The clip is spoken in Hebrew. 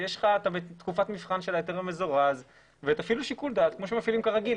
אתה בתקופת מבחן של ההיתר המזורז ותפעילו שיקול דעת כמו שמפעילים כרגיל.